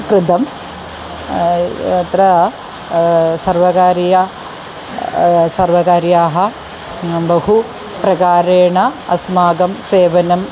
कृतम् अत्र सर्वकारीया सर्वकार्याः बहु प्रकारेण अस्माकं सेवनम्